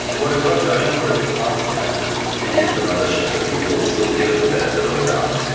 what it's got going for it, apart from the fact that it is the mothership and people still give it the benefit of the doubt,